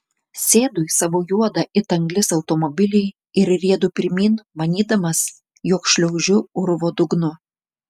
sėdu į savo juodą it anglis automobilį ir riedu pirmyn manydamas jog šliaužiu urvo dugnu